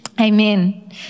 Amen